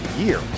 year